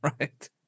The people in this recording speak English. Right